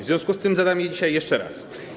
W związku z tym zadam je dzisiaj jeszcze raz.